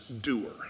doer